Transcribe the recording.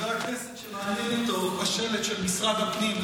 חבר כנסת שמעניין אותו השלט של משרד הפנים,